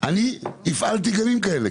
אני הפעלתי גנים כאלה,